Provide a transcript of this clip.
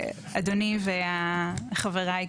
נציג קק"ל,